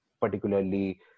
particularly